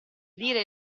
dire